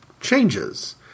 changes